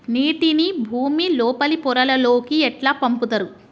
నీటిని భుమి లోపలి పొరలలోకి ఎట్లా పంపుతరు?